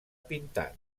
pintat